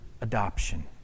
adoption